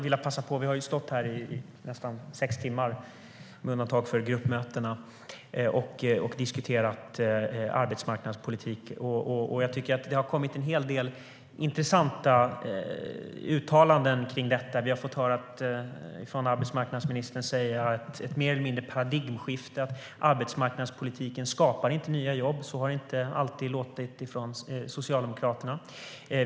Vi har nu stått här i nästan sex timmar, med undantag för gruppmötena, och diskuterat arbetsmarknadspolitik. Jag tycker att det har kommit en hel del intressanta uttalanden kring den. Vi har fått höra arbetsmarknadsministern tala om ett mer eller mindre paradigmskifte, att arbetsmarknadspolitiken inte skapar nya jobb. Så har det inte alltid låtit från Socialdemokraterna.